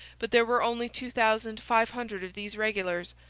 but there were only two thousand five hundred of these regulars,